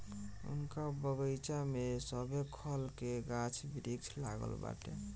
उनका बगइचा में सभे खल के गाछ वृक्ष लागल बाटे